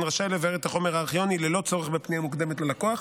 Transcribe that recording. רשאי לבער את החומר הארכיוני ללא צורך בפנייה מוקדמת ללקוח.